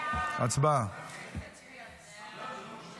סעיפים 1